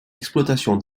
exploitation